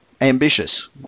ambitious